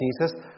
Jesus